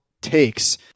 takes